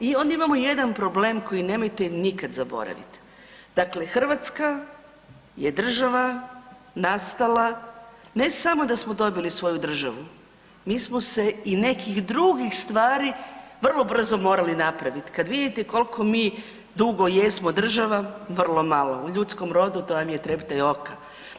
I onda imamo jedan problem koji nemojte nikad zaboravit, dakle Hrvatska je država nastala, ne samo da smo dobili svoju državu mi smo se i nekih drugih stvari vrlo brzo morali napraviti, kad vidite koliko mi dugo jesmo država, vrlo malo, u ljudskom rodu to vam je treptaj oka,